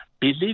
Believe